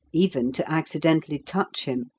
even to accidently touch him.